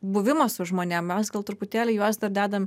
buvimas su žmonėm mes gal truputėlį juos dar dedam